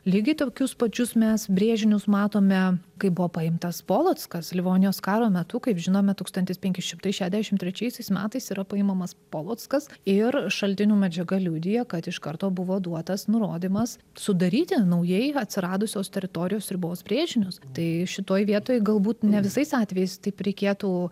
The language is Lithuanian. lygiai tokius pačius mes brėžinius matome kai buvo paimtas polockas livonijos karo metu kaip žinome tūkstantis penki šimtai šešiasdešimt trečiaisiais metais yra paimamas polockas ir šaltinių medžiaga liudija kad iš karto buvo duotas nurodymas sudaryti naujai atsiradusios teritorijos ribos brėžinius tai šitoj vietoj galbūt ne visais atvejais taip reikėtų